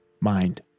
mind